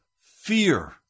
fear